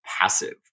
passive